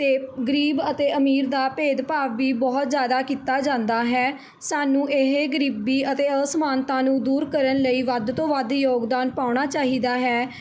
ਅਤੇ ਗਰੀਬ ਅਤੇ ਅਮੀਰ ਦਾ ਭੇਦਭਾਵ ਵੀ ਬਹੁਤ ਜ਼ਿਆਦਾ ਕੀਤਾ ਜਾਂਦਾ ਹੈ ਸਾਨੂੰ ਇਹ ਗਰੀਬੀ ਅਤੇ ਅਸਮਾਨਤਾ ਨੂੰ ਦੂਰ ਕਰਨ ਲਈ ਵੱਧ ਤੋਂ ਵੱਧ ਯੋਗਦਾਨ ਪਾਉਣਾ ਚਾਹੀਦਾ ਹੈ